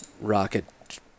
rocket